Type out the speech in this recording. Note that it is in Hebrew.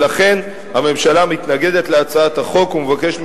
ולכן הממשלה מתנגדת להצעת החוק ומבקשת